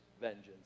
vengeance